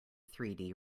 three